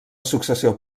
successió